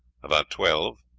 about twelve.